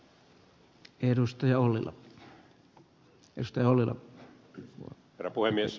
herra puhemies